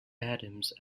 adams